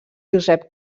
josep